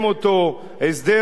ודרך אגב,